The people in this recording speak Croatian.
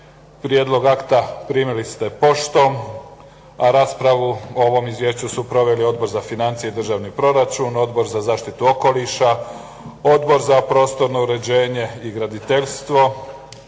Prijedlog akta primili ste poštom. Raspravu o ovom izvješću su proveli Odbor za financije i državni proračun, Odbor za zaštitu okoliša, Odbor za prostorno uređenje i graditeljstvo